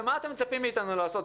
ומה אתם מצפים מאתנו לעשות.